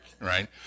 right